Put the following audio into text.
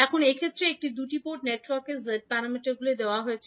এখন এক্ষেত্রে একটি দুটি পোর্ট নেটওয়ার্কের z প্যারামিটারগুলি দেওয়া হয়েছে